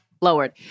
lowered